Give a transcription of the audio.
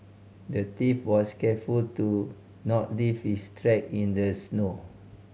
the thief was careful to not leave his track in the snow